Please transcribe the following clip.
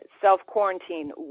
Self-quarantine